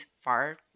far